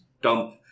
dump